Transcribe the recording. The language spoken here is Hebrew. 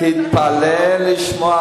תתפלא לשמוע כל היום הוא מקדם את תהליך השלום.